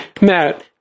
Matt